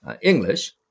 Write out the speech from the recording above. English